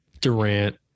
Durant